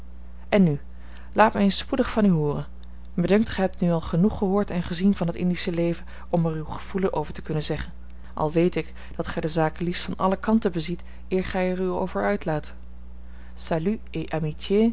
en nu laat mij eens spoedig van u hooren mij dunkt gij hebt nu al genoeg gehoord en gezien van het indische leven om er uw gevoelen over te kunnen zeggen al weet ik dat gij de zaken liefst van alle kanten beziet eer gij er u over uitlaat